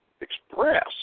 Express